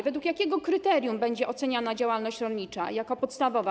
Według jakiego kryterium będzie oceniana działalność rolnicza jako podstawowa?